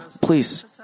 please